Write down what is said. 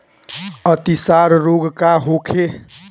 अतिसार रोग का होखे?